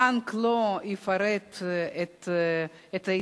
חברת הכנסת ליה